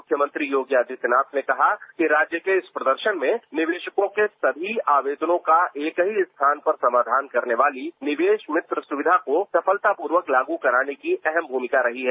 मुख्यमंत्री योगी आदित्यनाथ ने कहा कि राज्य को इस प्रदर्शन में निवेशकों के सभी आवेदनों का एक ही स्थान पर समाधान करने वाली निवेश मित्र सुविधा को सफलतापूर्वक लागू कराने की अहम भूमिका रही है